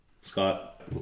Scott